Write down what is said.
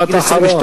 משפט אחרון.